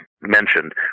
mentioned